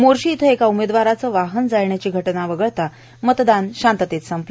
मोर्शी इथं एका उमेदवाराचं वाहन जाळण्याची घटना वगळता मतदान शांततेत संपलं